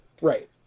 Right